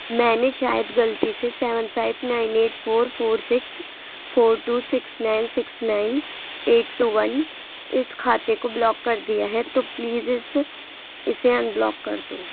میں نے شاید غلطی سے seven five nine eight four four six four two six nine six nine eight two one اس کھاتے کو بلاک کر دیا ہے تو پلیز اس اسے انبلاک کر دو